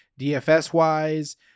DFS-wise